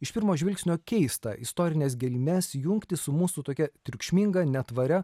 iš pirmo žvilgsnio keistą istorines gelmes jungti su mūsų tokia triukšminga netvaria